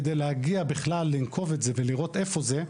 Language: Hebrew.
כדי להגיע בכלל לנקוב את זה ולראות איפה זה,